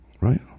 Right